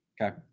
Okay